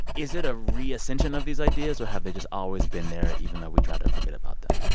is it a re-ascension of these ideas, or have they just always been there, even though we tried to forget about them?